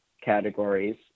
categories